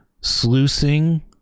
sluicing